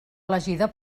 elegida